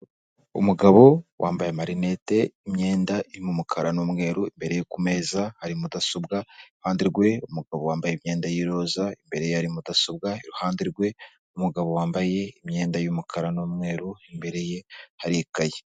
Umugabo wambaye amarinete, imyenda irimo umukara n'umweru, imbere ye ku meza hari mudasobwa, iruhande rwe umugabo wambaye imyenda y'iroza, imbere ye hari mudasobwa, iruhande rwe umugabo wambaye imyenda y'umukara n'umweru, imbere ye hari ikayi.